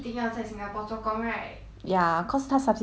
ya cause 他 subsidize 你的学费 mah school fee